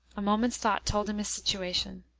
a moment's thought told him his situation.